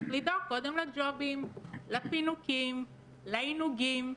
צריך לדאוג קודם לג'ובים, לפינוקים, לעינוגים.